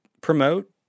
promote